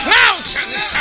mountains